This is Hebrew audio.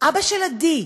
אבא של עדי,